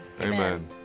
Amen